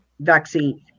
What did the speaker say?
vaccine